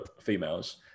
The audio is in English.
females